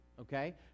Okay